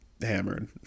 hammered